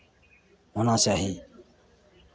होना चाही